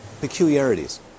peculiarities